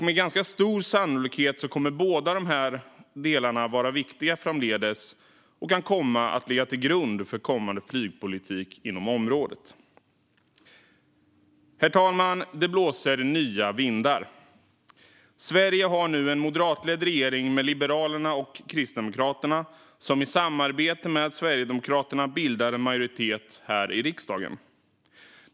Med stor sannolikhet kommer båda delarna att vara viktiga framdeles och kan komma att ligga till grund för kommande politik på flygområdet. Herr talman! Det blåser nya vindar. Sverige har en moderatledd regering med Liberalerna och Kristdemokraterna som i samarbete med Sverigedemokraterna bildar en majoritet här i riksdagen.